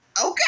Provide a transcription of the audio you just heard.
okay